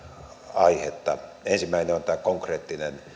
aihetta ensimmäinen on konkreettinen